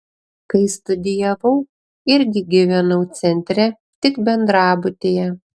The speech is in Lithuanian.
kai studijavau irgi gyvenau centre tik bendrabutyje